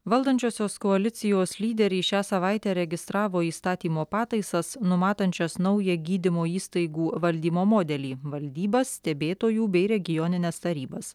valdančiosios koalicijos lyderiai šią savaitę registravo įstatymo pataisas numatančias naują gydymo įstaigų valdymo modelį valdybas stebėtojų bei regionines tarybas